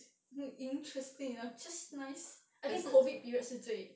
interesting ah just nice I think COVID period 是最